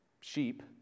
sheep